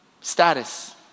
Status